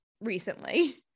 recently